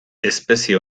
espezie